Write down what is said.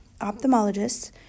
ophthalmologists